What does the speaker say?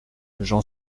j’en